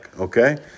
okay